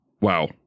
wow